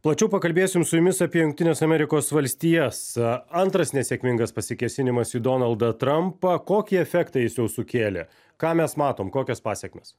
plačiau pakalbėsim su jumis apie jungtines amerikos valstijas antras nesėkmingas pasikėsinimas į donaldą trampą kokį efektą jis jau sukėlė ką mes matom kokias pasekmes